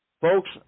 Folks